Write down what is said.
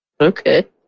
Okay